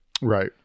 Right